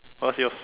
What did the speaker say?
what's yours